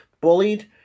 bullied